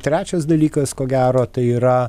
trečias dalykas ko gero tai yra